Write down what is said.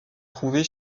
trouver